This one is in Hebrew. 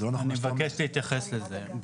אני מבקש להתייחס לזה.